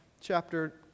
chapter